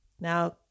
Now